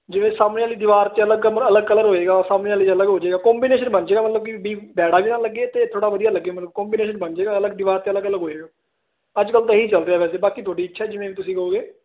ਜਿਵੇਂ ਸਾਹਮਣੇ ਵਾਲੀ ਦੀਵਾਰ 'ਚ ਅਲੱਗ ਕਮਰ ਅਲੱਗ ਕਲਰ ਹੋਵੇਗਾ ਉਹ ਸਾਹਮਣੇ ਵਾਲੀ ਅਲੱਗ ਹੋ ਜੇਗਾ ਕਬੀਨੇਸ਼ਨ ਮਤਲਬ ਬੀ ਭੈੜਾ ਵੀ ਨਾ ਲੱਗੇ ਅਤੇ ਥੋੜ੍ਹਾ ਵਧੀਆ ਲੱਗੇ ਮਤਲਬ ਕਬੀਨੇਸ਼ਨ ਬਣ ਜਾਵੇਗਾ ਅਲੱਗ ਦੀਵਾਰ 'ਤੇ ਅਲੱਗ ਅਲੱਗ ਹੋਵੇਗਾ ਅੱਜ ਕੱਲ੍ਹ ਤਾਂ ਇਹ ਹੀ ਚੱਲ ਰਿਹਾ ਵੈਸੇ ਬਾਕੀ ਤੁਹਾਡੀ ਇੱਛਾ ਜਿਵੇਂ ਵੀ ਤੁਸੀਂ ਕਹੋਗੇ